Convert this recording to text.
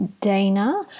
Dana